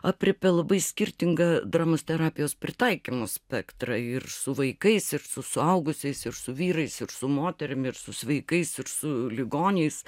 aprėpia labai skirtingą dramos terapijos pritaikymų spektrą ir su vaikais ir su suaugusiais ir su vyrais ir su moterim ir su sveikais ir su ligoniais